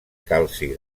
calci